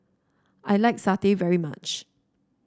I like satay very much